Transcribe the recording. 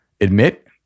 admit